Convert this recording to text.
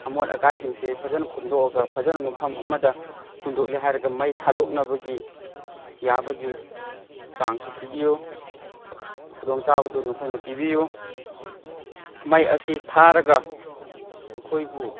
ꯑꯃꯣꯠ ꯑꯀꯥꯏꯁꯤꯡꯁꯦ ꯐꯖꯅ ꯈꯣꯝꯗꯣꯛꯑꯒ ꯐꯖꯅ ꯃꯐꯝ ꯑꯃꯗ ꯍꯨꯟꯗꯣꯛꯂꯦ ꯍꯥꯏꯔꯒ ꯃꯩ ꯊꯥꯗꯣꯛꯅꯕꯒꯤ ꯌꯥꯕꯒꯤ ꯆꯥꯡꯁꯨ ꯄꯤꯕꯤꯌꯨ ꯈꯨꯗꯣꯡꯆꯥꯕꯗꯨ ꯅꯈꯣꯏꯅ ꯄꯤꯕꯤꯌꯨ ꯃꯩ ꯑꯁꯤ ꯊꯥꯔꯒ ꯑꯩꯈꯣꯏꯕꯨ